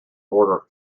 order